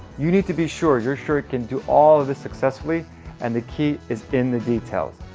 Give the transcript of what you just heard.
you need to be sure your shirt can do all of this successfully and the key is in the details.